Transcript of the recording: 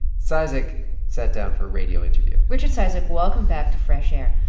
cizik sat down for a radio interview richard cizik, welcome back to fresh air.